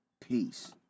Peace